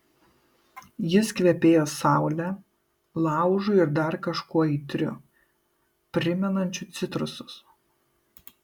jis kvepėjo saule laužu ir dar kažkuo aitriu primenančiu citrusus